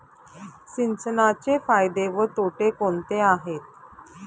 सिंचनाचे फायदे व तोटे कोणते आहेत?